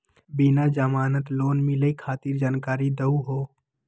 बिना जमानत लोन मिलई खातिर जानकारी दहु हो?